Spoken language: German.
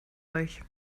euch